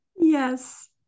Yes